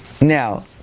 Now